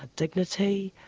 dignity,